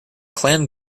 clan